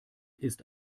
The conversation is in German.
ist